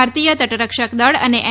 ભારતીય તટરક્ષક દળ અને એન